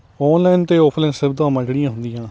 online ਅਤੇ offline ਸੁਵਿਧਾਵਾਂ ਜਿਹੜੀਆਂ ਹੁੰਦੀਆਂ